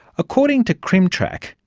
according to crimtrac,